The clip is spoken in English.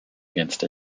against